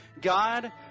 God